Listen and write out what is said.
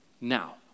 now